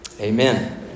Amen